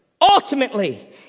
ultimately